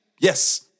yes